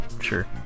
Sure